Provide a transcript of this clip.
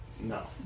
No